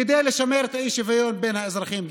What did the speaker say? כדי לשמר גם את האי-שוויון בין האזרחים.